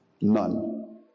None